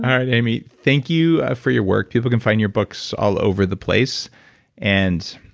right, amy. thank you for your work. people can find your books all over the place and,